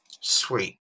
Sweet